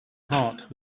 heart